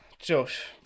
josh